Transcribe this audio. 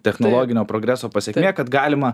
technologinio progreso pasekmė kad galima